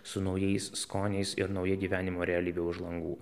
su naujais skoniais ir nauja gyvenimo realybe už langų